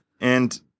And-